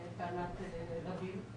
לטענת רבים.